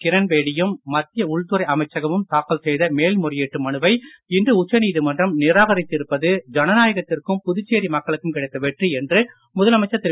கிரண் பேடியும் மத்திய உள்துறை அமைச்சகமும் தாக்கல் செய்த மேல்முறையீட்டு மனுவை இன்று உச்சநீதிமன்றம் நிராகரித்திருப்பது ஜனநாயகத்திற்கும் புதுச்சேரி மக்களுக்கும் கிடைத்த வெற்றி என்று முதலமைச்சர் திரு